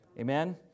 Amen